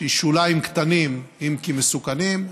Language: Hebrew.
שהיא שוליים קטנים אם כי מסוכנים,